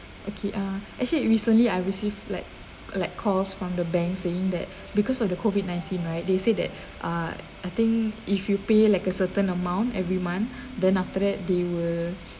okay uh actually recently I receive like like calls from the bank saying that because of the COVID-nineteen right they say that uh I think if you pay like a certain amount every month then after that they will